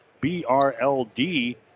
BRLD